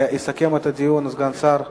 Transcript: ויסכם את הדיון סגן השר כהן.